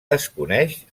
desconeix